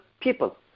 people